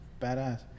badass